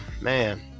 man